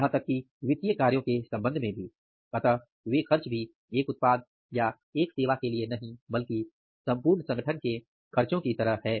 यहां तक कि वित्तीय कार्यों के संबंध में भी इसलिए वे खर्च भी एक उत्पाद या एक सेवा के लिए नहीं बल्कि सम्पूर्ण संगठन के खर्चों की तरह हैं